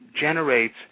generates